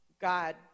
God